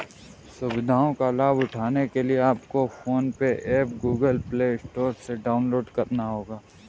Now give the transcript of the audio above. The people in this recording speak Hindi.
सुविधाओं का लाभ उठाने के लिए आपको फोन पे एप गूगल प्ले स्टोर से डाउनलोड करना होगा